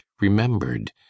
remembered